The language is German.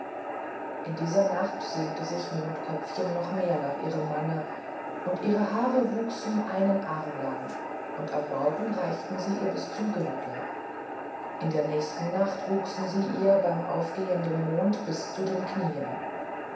in dieser nacht sehnte sich mondköpfchen noch mehr nach ihrem manne und ihre haare wuchsen einen arm lang und am morgen reichten sie ihr bis zum gürtel in der nächsten nacht wuchsen sie ihr beim aufgehenden mond bis zu den knieen